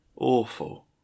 Awful